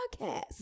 podcast